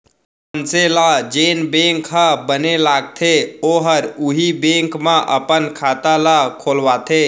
मनसे ल जेन बेंक ह बने लागथे ओहर उहीं बेंक म अपन खाता ल खोलवाथे